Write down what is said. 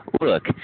Look